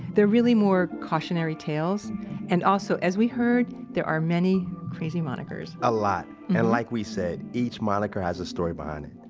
they're really more cautionary tales and also, as we heard, there are many crazy monikers a lot and like we said, each moniker has a story behind it.